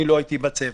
אני לא הייתי בצוות.